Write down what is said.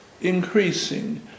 increasing